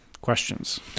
questions